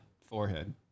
Forehead